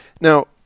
Now